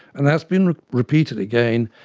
and that's been repeated again,